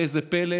ראה זה פלא,